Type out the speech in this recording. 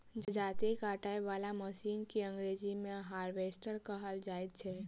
जजाती काटय बला मशीन के अंग्रेजी मे हार्वेस्टर कहल जाइत छै